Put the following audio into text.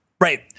Right